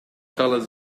colours